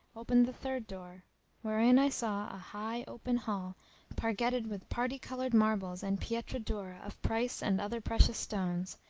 opened the third door wherein i saw a high open hall pargetted with parti-coloured marbles and pietra dura of price and other precious stones,